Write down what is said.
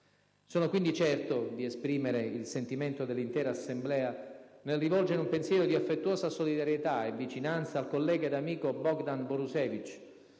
Sono quindi certo di esprimere il sentimento dell'intera Assemblea nel rivolgere un pensiero di affettuosa solidarietà e vicinanza al collega e amico Bogdan Borusewicz,